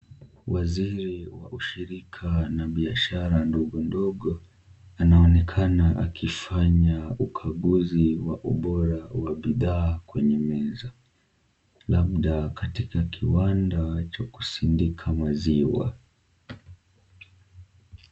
Waziri wa ushirika na biashara ndogo ndogo anaonekana akifanya ukaguzi wa ubora wa bidhaa kwenye meza labda katika kiwanda cha kusindika maziwa.